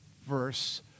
verse